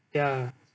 ya